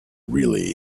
really